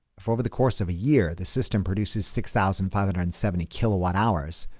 for over the course of a year, the system produces six thousand five hundred and seventy kilowatt hours.